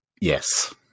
Yes